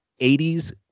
80s